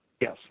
Yes